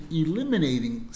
eliminating